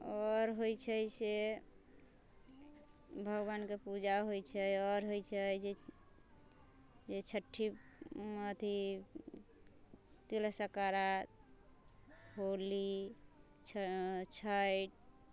आओर होइ छै से भगवानके पूजा होइ छै आओर होइ छै जे जे छठी अथी तिला सङ्क्रान्त होली छ छैठ